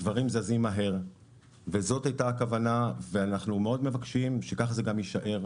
דברים זזים מהר וזאת הייתה הכוונה ואנחנו מאוד מבקשים שככה זה גם יישאר,